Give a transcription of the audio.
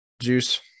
juice